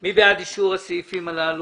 מי בעד אישור סעיפים 66 עד 75 עם התיקונים?